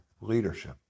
leadership